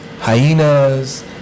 hyenas